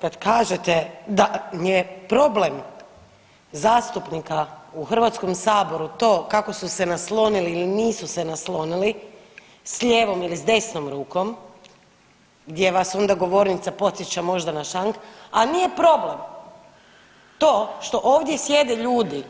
Kad kažete da je problem zastupnika u Hrvatskom saboru to kako su se naslonili ili nisu se naslonili s lijevom ili s desnom rukom gdje vas onda govornica podsjeća možda na šank, a nije problem to što ovdje sjede ljudi